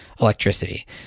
electricity